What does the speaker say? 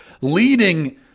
leading